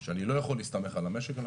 שאני לא יכול להסתמך על המשק אנחנו